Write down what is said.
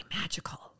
magical